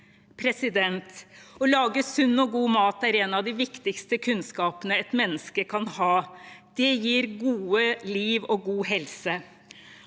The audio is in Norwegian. beredskap. Å lage sunn og god mat er en av de viktigste kunnskapene et menneske kan ha. Det gir gode liv og god helse.